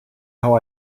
how